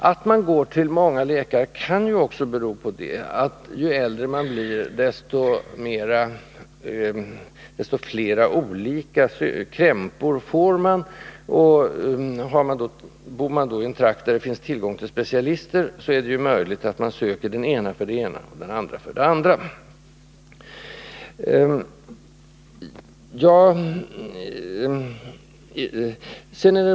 Att människor går till många läkare kan också beror på att ju äldre man blir, desto flera olika krämpor får man, och bor man i en trakt där det finns tillgång till specialister, är det möjligt att man söker olika specialister för olika krämpor.